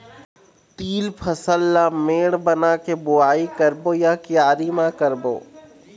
तील फसल ला मेड़ बना के बुआई करबो या क्यारी म करबो?